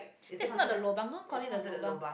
that's not a lobang don't call it a lobang